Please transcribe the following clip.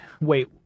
Wait